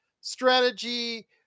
strategy